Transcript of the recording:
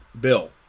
bill